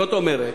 זאת אומרת,